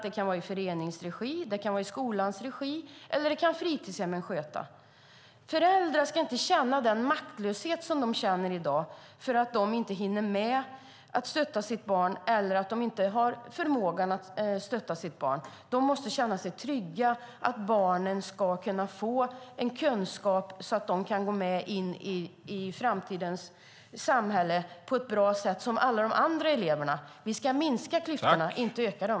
Det kan vara i föreningsregi, i skolans regi eller skötas av fritidshemman. Föräldrar ska inte känna den maktlöshet de känner i dag för att de inte hinner med att stötta sitt barn eller inte har förmågan att stötta sitt barn. De måste känna sig trygga att barnen ska kunna få en kunskap så att de kan gå in i framtidens samhälle på bra sätt som alla andra elever. Vi ska minska klyftorna, inte öka dem.